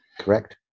correct